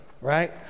right